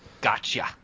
gotcha